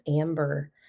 amber